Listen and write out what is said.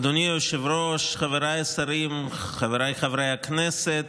אדוני היושב-ראש, חבריי השרים, חבריי חברי הכנסת,